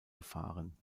gefahren